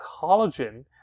collagen